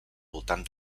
voltant